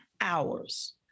hours